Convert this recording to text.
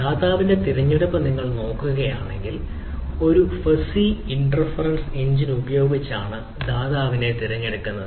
ദാതാവിന്റെ തിരഞ്ഞെടുപ്പ് നിങ്ങൾ നോക്കുകയാണെങ്കിൽ ഒരു ഫസ്സി ഇൻഫെറെൻസ് എഞ്ചിൻ ഉപയോഗിച്ചാണ് ദാതാവീനെ തിരഞ്ഞെടുക്കുന്നത്